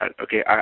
okay